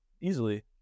easily